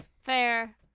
Fair